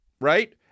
Right